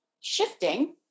shifting